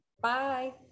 Bye